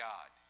God